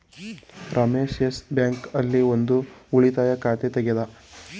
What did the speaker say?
Ramesh Yes Bank ಆಲ್ಲಿ ಒಂದ್ ಉಳಿತಾಯ ಖಾತೆ ತೆಗೆದ